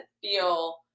feel